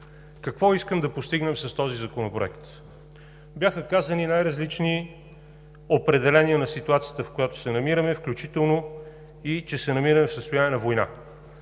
Какво искаме да постигнем с този законопроект? Бяха казани най-различни определения на ситуацията, в която се намираме, включително и че се намираме в състояние на война.